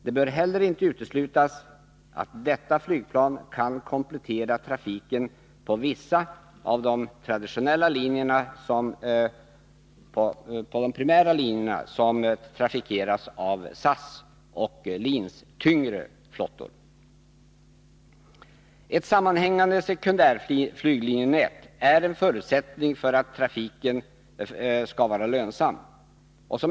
Det bör inte heller uteslutas att detta flygplan kan komplettera trafiken på vissa av de primära linjer som trafikeras av SAS och LIN:s tyngre flottor. Ett sammanhängande sekundärflyglinjenät är en förutsättning för att trafiken skall vara lönsam.